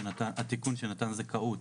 התיקון שנתן זכאות